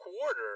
quarter